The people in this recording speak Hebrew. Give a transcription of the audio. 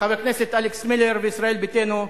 חבר הכנסת אלכס מילר וישראל ביתנו,